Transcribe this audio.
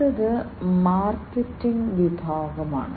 അടുത്തത് മാർക്കറ്റ് വിഭാഗമാണ്